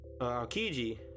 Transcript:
Kiji